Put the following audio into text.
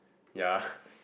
ya